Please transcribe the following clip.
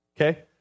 okay